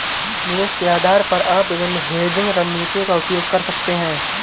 निवेश के आधार पर आप विभिन्न हेजिंग रणनीतियों का उपयोग कर सकते हैं